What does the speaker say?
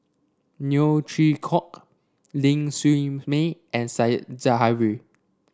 Neo Chwee Kok Ling Siew May and Said Zahari